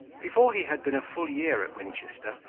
before he had been a full year at winchester,